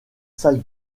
salle